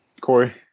Corey